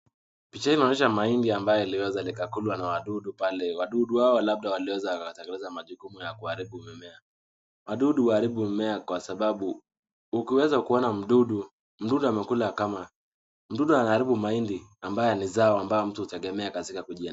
Picha hii inaonyehsa mahindi imekulwa na wadudu pale wadudu hawa labda waliweza kutekeleza majukumu ya kuharibu mmea, wadudu wanaharibu mimea kwa sababu ukiweza kuona mdudu mdudu anakula kama, mdudu anaharibu mahindi ambao ni zao mtu hutegemea.